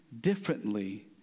differently